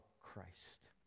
Christ